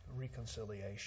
reconciliation